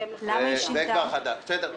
בהתאם לחוות הדעת.